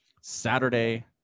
Saturday